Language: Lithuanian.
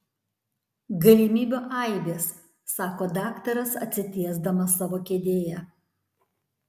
galimybių aibės sako daktaras atsitiesdamas savo kėdėje